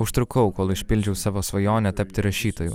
užtrukau kol išpildžiau savo svajonę tapti rašytoju